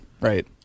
Right